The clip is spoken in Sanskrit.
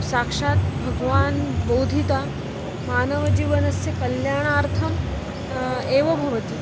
साक्षात् भगवान् बोधिता मानवजीवनस्य कल्याणार्थम् एव भवति